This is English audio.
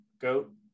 goat